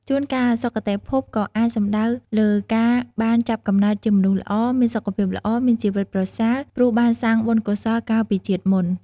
ជួនកាល សុគតិភពក៏អាចសំដៅលើការបានចាប់កំណើតជាមនុស្សល្អ មានសុខភាពល្អ មានជីវិតប្រសើរ ព្រោះបានសាងបុណ្យកុសលកាលពីជាតិមុន។